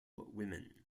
women